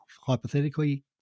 hypothetically